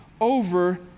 over